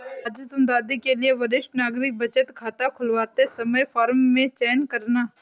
राजू तुम दादी के लिए वरिष्ठ नागरिक बचत खाता खुलवाते समय फॉर्म में चयन करना